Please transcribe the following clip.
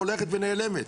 הולכת ונעלמת.